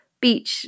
beach